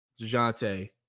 DeJounte